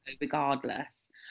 regardless